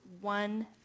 one